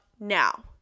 now